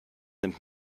nimmt